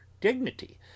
dignity